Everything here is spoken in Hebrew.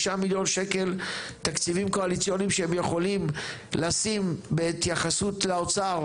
5 מיליון שקלים תקציבים קואליציוניים שהם יכולים לשים בהתייחסות לאוצר,